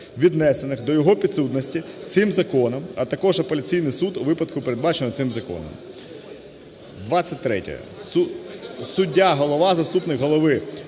віднесених до його підсудності цим законом, а також апеляційний суд у випадку, передбаченому цим законом". "23) суддя - голова, заступник голови,